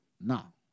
Now